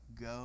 go